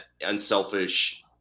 unselfish